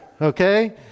okay